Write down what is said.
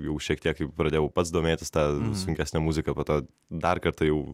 jau šiek tiek jau pradėjau pats domėtis ta sunkesne muzika po to dar kartą jau